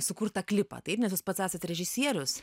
sukurtą klipą taip nes jūs pats esat režisierius